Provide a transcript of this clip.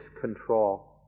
control